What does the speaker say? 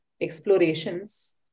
explorations